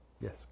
Yes